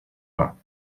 pas